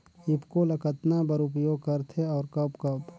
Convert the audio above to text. ईफको ल कतना बर उपयोग करथे और कब कब?